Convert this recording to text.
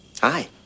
Hi